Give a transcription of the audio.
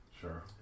Sure